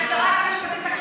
אני יוצאת לבד.